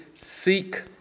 seek